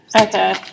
Okay